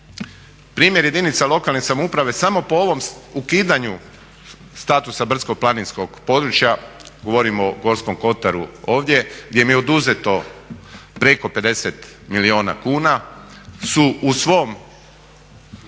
Primjer jedinica lokalne samouprave samo po ovom ukidanju statusa brdsko-planinskog područja govorim o Gorskom kotaru ovdje, gdje im je oduzeto preko 50 milijuna kuna su u svojim